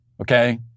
Okay